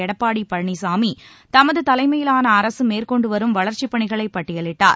எடப்பாடி பழனிசாமி தமது தலைமையிலான அரசு மேற்கொண்டு வரும் வளர்ச்சிப் பணிகளை பட்டியலிட்டார்